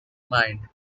mind